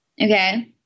Okay